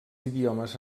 idiomes